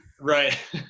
Right